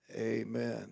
amen